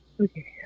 Okay